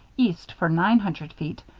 east for nine hundred feet,